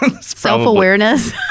Self-awareness